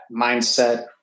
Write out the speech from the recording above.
mindset